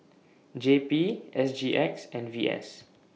J P S G X and V S